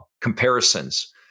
comparisons